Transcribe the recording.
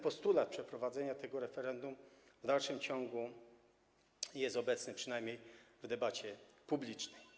Postulat przeprowadzenia tego referendum w dalszym ciągu jest obecny, przynajmniej w debacie publicznej.